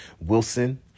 Wilson